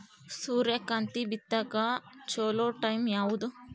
ಸೂರ್ಯಕಾಂತಿ ಬಿತ್ತಕ ಚೋಲೊ ಟೈಂ ಯಾವುದು?